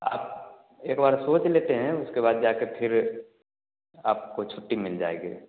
आप एक बार सोच लेते हैं उसके बाद जा कर फिर आपको छुट्टी मिल जाएगी